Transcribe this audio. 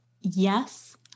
Yes